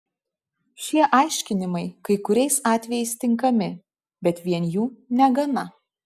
šie aiškinimai kai kuriais atvejais tinkami bet vien jų negana